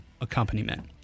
accompaniment